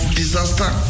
disaster